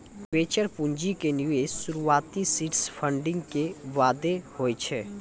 venture पूंजी के निवेश शुरुआती सीड फंडिंग के बादे होय छै